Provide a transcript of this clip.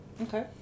Okay